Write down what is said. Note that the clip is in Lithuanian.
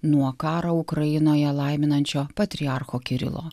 nuo karą ukrainoje laiminančio patriarcho kirilo